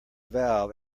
valve